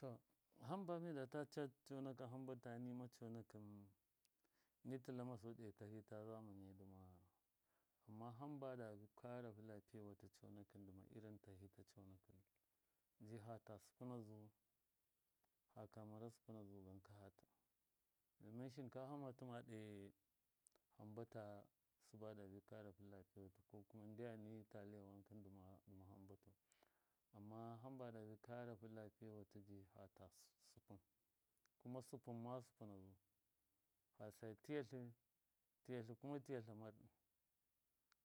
To hamba midata ta conakɨn hamba nimaconakɨ mi tɨlama suɗo tata zamani yai amma hamba dabi karahu lapiyewatɨ conakɨn ndɨ ma irin tahɨ ta conakɨnu ji fata sɨpɨna zu faka mara sɨpuna zugan ka fatau. domin shinkafa ma tɨma ɗe hambata sɨba dabi kara fu lapiyawatu ko kuma ndyan ni taliya wan kɨn dɨma hamba tau amma hamba dabi karahu lapiyewatɨ ji fata sɨpɨn kuma sɨpɨm ma sɨpɨna zu fasa tetlɨ tetlɨ kama tetla marɗɨ